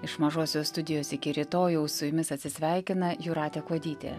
iš mažosios studijos iki rytojaus su jumis atsisveikina jūratė kuodytė